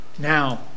Now